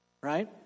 right